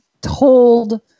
told